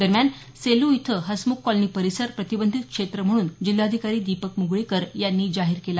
दरम्यान सेल् इथं हसमुख कॉलनी परिसर प्रतिबंधीत क्षेत्र म्हणून जिल्हाधिकारी दीपक म्गळीकर यांनी जाहीर केला